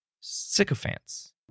sycophants